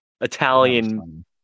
Italian